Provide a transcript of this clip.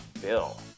Bill